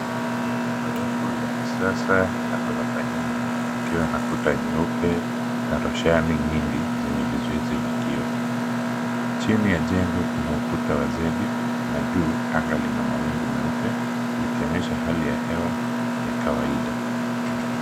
Linaonekana jengo refu la kisasa la ghorofa nyingi likiwa na kuta nyeupe na roshani nyingi zenye vizuizi vya kioo. Chini ya jengo kuna ukuta wa zedi na juu anga lina mawingu meupe likionyesha hali ya hewa ya kawaida.